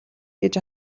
гэж